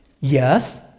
Yes